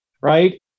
right